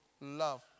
love